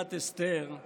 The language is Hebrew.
במגילת אסתר הוא